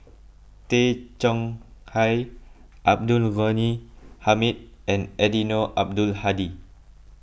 Tay Chong Hai Abdul Ghani Hamid and Eddino Abdul Hadi